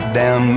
down